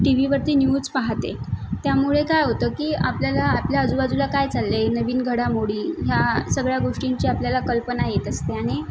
T व्हीवरती news पाहते त्यामुळे काय होतं की आपल्याला आपल्या आजूबाजूला काय चालले नवीन घडामोडी ह्या सगळ्या गोष्टींची आपल्याला कल्पना येत असते आणि